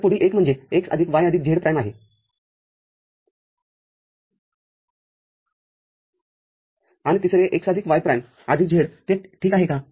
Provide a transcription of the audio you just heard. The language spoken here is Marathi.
तर पुढील एक म्हणजे x आदिक y आदिक z प्राईमआणि तिसरे x आदिक y प्राईमआदिक z ते ठीक आहे का